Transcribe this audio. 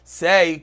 say